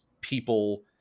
people